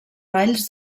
valls